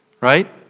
Right